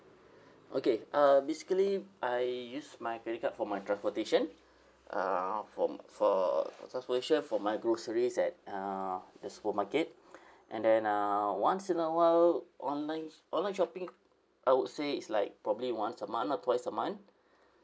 okay uh basically I use my credit card for my transportation uh for for transportation for my groceries at uh the supermarket and then uh once in awhile online online shopping I would say is like probably once a month or twice a month